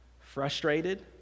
Frustrated